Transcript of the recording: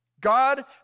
God